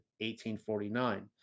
1849